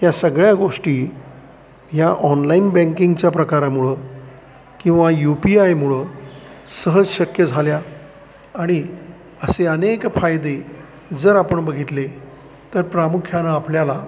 या सगळ्या गोष्टी ह्या ऑनलाईन बँकिंगच्या प्रकारामुळं किंवा यू पी आयमुळं सहज शक्य झाल्या आणि असे अनेक फायदे जर आपण बघितले तर प्रामुख्यानं आपल्याला